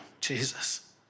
Jesus